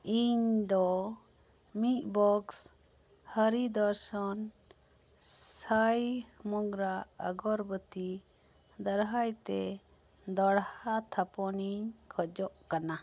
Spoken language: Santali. ᱤᱧ ᱫᱚ ᱢᱤᱫ ᱵᱚᱠᱥ ᱦᱟᱹᱨᱤ ᱫᱚᱨᱥᱚᱱ ᱥᱟᱭ ᱢᱚᱜᱽᱨᱟ ᱟᱜᱚᱨᱵᱟᱛᱤ ᱫᱟᱨᱟᱭᱛᱮ ᱫᱚᱲᱦᱟ ᱛᱷᱟᱯᱚᱱ ᱤᱧ ᱠᱷᱚᱡᱚᱜ ᱠᱟᱱᱟ